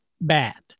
bad